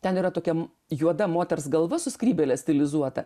ten yra tokia juoda moters galva su skrybėle stilizuota